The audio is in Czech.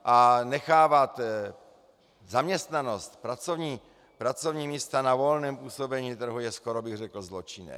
A nechávat zaměstnanost, pracovní místa na volném působení trhu je, skoro bych řekl, zločinné.